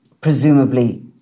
presumably